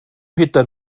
hittat